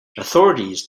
authorities